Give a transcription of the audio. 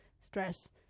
stress